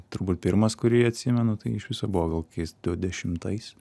turbūt pirmas kurį atsimenu tai iš viso buvo gal kokiais du dešimtais